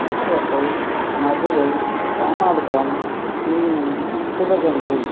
Pudukkottai Madurai Ramanathapuram Theni Sivaganga